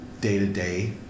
day-to-day